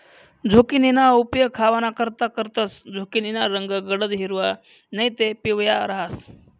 झुकिनीना उपेग खावानाकरता करतंस, झुकिनीना रंग गडद हिरवा नैते पिवया रहास